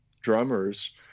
drummers